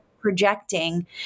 projecting